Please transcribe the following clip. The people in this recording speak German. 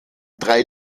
drei